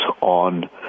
on